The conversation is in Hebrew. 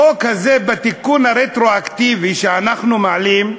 החוק הזה, בתיקון הרטרואקטיבי שאנחנו מעלים,